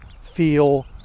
feel